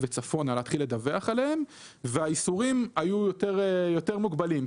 ומעלה, והאיסורים היו יותר מוגבלים.